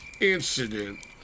incident